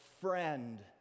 friend